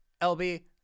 LB